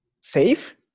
safe